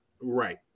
Right